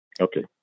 Okay